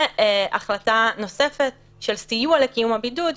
והחלטה נוספת של סיוע לקיום הבידוד,